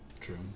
True